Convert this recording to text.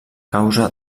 causa